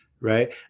Right